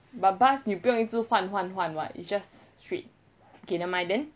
but bus you 不用一直换换换 it's just straight okay nevermind then